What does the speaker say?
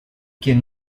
quien